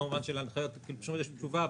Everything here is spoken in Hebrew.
כמובן שלהנחיות יש תשובה,